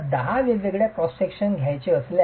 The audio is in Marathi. दहा वेगवेगळ्या क्रॉस सेक्शन घ्यायचे असल्यास